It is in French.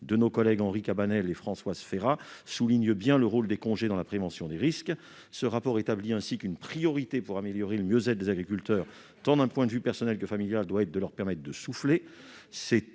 de nos collègues Henri Cabanel et Françoise Férat souligne bien le rôle des congés dans la prévention des risques. Il estime ainsi qu'« une des priorités pour améliorer le mieux-être des agriculteurs, tant d'un point de vue personnel que familial, doit être de leur permettre de " souffler